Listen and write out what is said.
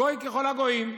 גוי ככל הגויים.